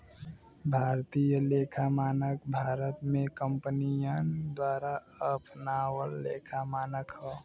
भारतीय लेखा मानक भारत में कंपनियन द्वारा अपनावल लेखा मानक हौ